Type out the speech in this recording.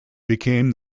became